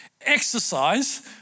exercise